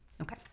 Okay